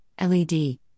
LED